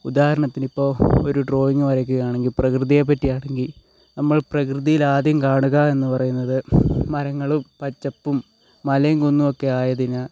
ഉദാഹരത്തിന് ഇപ്പോൾ ഒരു ഡ്രോയിങ് വരാക്കുകയാണെങ്കിൽ പ്രകൃതിയെ പറ്റിയാണെങ്കിൽ നമ്മൾ പ്രകൃതിയിൽ ആദ്യം കാണുക എന്ന് പറയുന്നത് മരങ്ങളും പച്ചപ്പും മലയും കുന്നും ഒക്കെ ആയതിനാൽ